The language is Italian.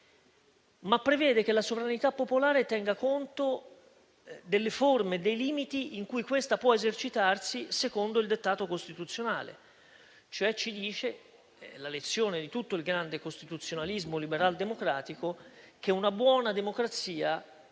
ma prevede che la sovranità popolare tenga conto delle forme e dei limiti in cui questa può esercitarsi secondo il dettato costituzionale. Ci dice cioè - è la lezione di tutto il grande costituzionalismo liberaldemocratico - che una buona democrazia